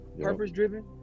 Purpose-driven